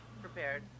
prepared